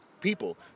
people